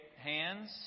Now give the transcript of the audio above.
hands